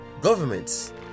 governments